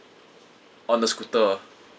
on the scooter